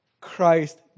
Christ